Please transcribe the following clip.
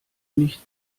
nicht